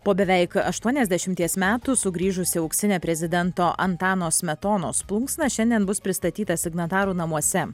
po beveik aštuoniasdešimties metų sugrįžusi auksinė prezidento antano smetonos plunksna šiandien bus pristatyta signatarų namuose